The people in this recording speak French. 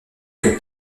que